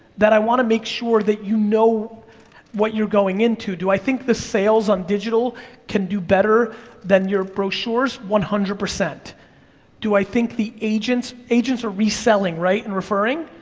that i wanna make sure that you know what you're going into, do i think the sales on digital can do better than your brochures, one hundred. do i think the agents agents are reselling right and referring?